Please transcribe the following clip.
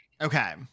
Okay